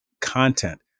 content